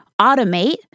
automate